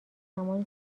زمانی